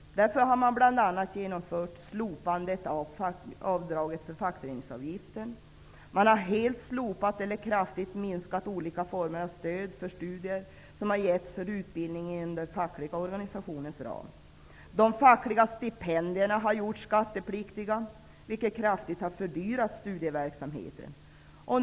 Därför har man bl.a. genomfört ett slopande av avdraget för fackföreningsavgiften samt helt slopat eller kraftigt minskat olika former av stöd för studier som givits för utbildning inom de fackliga organisationernas ram. De fackliga stipendierna har gjorts skattepliktiga, vilket kraftigt har fördyrat studieverksamheten.